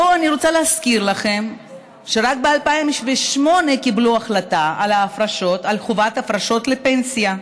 אני רוצה להזכיר לכם שרק ב-2008 קיבלו החלטה על חובת הפרשות לפנסיה.